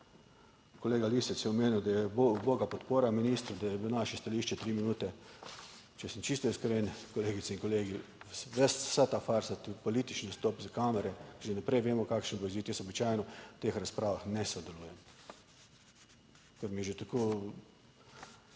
Kolega Lisec je omenil, da je uboga podpora ministru, da je bilo naše stališče 3 minute. Če sem čisto iskren, kolegice in kolegi, vsa ta farsa, tudi politični vstop za kamere, že vnaprej vemo kakšen bo izid, jaz običajno v teh razpravah ne sodelujem, ker mi je že tako